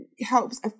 helps